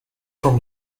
from